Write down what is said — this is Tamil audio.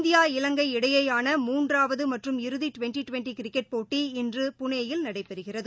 இந்தியா இலங்கை இடையேயான மூன்றாவது மற்றும் இறுதி டுவெண்டி டுவெண்டி கிரிக்கெட் போட்டி இன்று புனேயில் நடைபெறுகிறது